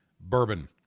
Bourbon